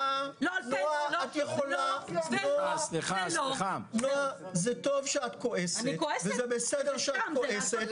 נעה, זה טוב שאת כועסת וזה בסדר שאת כועסת.